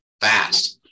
fast